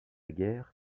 guerre